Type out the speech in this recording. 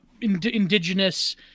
Indigenous